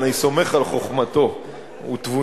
אני סומך על חוכמתו ותבונתו.